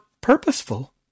purposeful